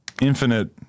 infinite